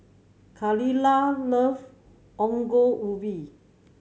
Kaila love Ongol Ubi